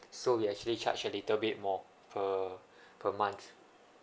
so we actually charge a little bit more per per month